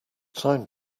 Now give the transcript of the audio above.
time